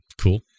Cool